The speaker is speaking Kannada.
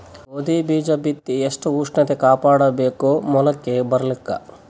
ಗೋಧಿ ಬೀಜ ಬಿತ್ತಿ ಎಷ್ಟ ಉಷ್ಣತ ಕಾಪಾಡ ಬೇಕು ಮೊಲಕಿ ಬರಲಿಕ್ಕೆ?